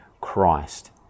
Christ